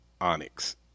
Onyx